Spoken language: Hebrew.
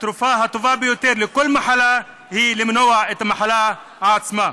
התרופה הטובה ביותר לכל מחלה היא למנוע את המחלה עצמה.